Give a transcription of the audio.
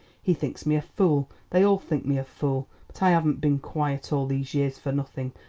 he thinks me a fool, they all think me a fool, but i haven't been quiet all these years for nothing.